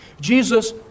Jesus